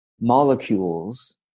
molecules